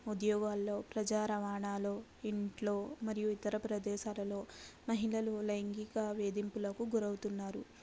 ఉద్యోగాల్లో ప్రజా రవాణాలో ఇంట్లో మరియు ఇతర ప్రదేశాలలో మహిళలు లైంగిక వేధింపులకు గురవుతున్నారు